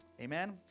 Amen